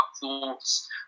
thoughts